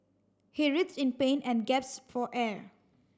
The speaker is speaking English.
he writhed in pain and gasped for air